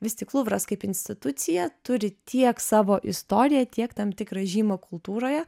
vis tik luvras kaip institucija turi tiek savo istoriją tiek tam tikrą žymą kultūroje